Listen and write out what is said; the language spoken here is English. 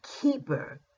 keeper